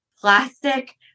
plastic